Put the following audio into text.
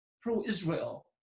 pro-Israel